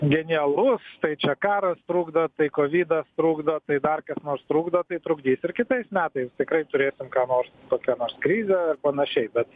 genialus tai čia karas trukdo tai kovidas trukdo tai dar kas nors trukdo tai trukdys ir kitais metais tikrai turėsim ką nors kokią nors krizę ar panašiai bet